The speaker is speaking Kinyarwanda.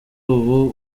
ubu